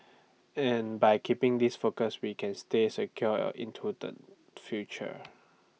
and by keeping this focus we can stay secure into the future